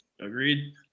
Agreed